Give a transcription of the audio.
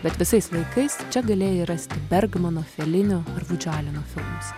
bet visais laikais čia galėjai rasti bergmano felinio ir vudžio aleno filmus